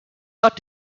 got